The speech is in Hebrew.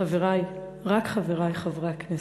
חברי רק חברי חברי הכנסת,